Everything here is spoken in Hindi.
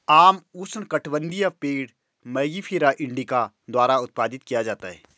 आम उष्णकटिबंधीय पेड़ मैंगिफेरा इंडिका द्वारा उत्पादित किया जाता है